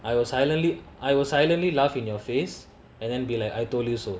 I will silently I will silently laugh in your face and then be like I told you so